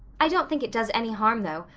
i don't think it does any harm, though,